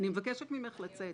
כשהם כבר --- אני מבקשת ממך לצאת.